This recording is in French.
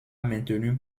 maintenue